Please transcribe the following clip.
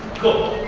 cool.